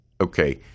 Okay